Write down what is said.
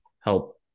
help